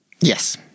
Yes